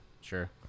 sure